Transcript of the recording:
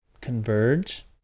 converge